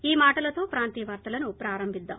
ఈ మాటలతో ప్రాంతీయ వార్తలను ప్రారంభిద్దాం